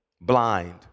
blind